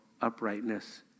uprightness